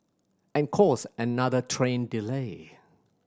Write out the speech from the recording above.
and cause another train delay